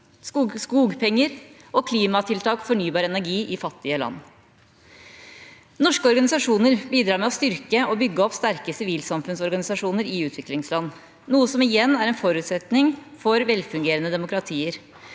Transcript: skogpenger og klimatiltak og fornybar energi i fattige land. Norske organisasjoner bidrar med å styrke og bygge opp sterke sivilsamfunnsorganisasjoner i utviklingsland, noe som igjen er en forutsetning for velfungerende demokratier.